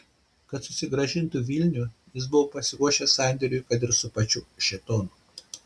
kad susigrąžintų vilnių jis buvo pasiruošęs sandėriui kad ir su pačiu šėtonu